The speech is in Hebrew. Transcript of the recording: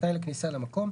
כתנאי לכניסה למקום,